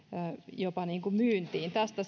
jopa myyntiin tästä